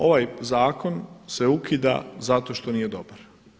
Ovaj zakon se ukida zato što nije dobar.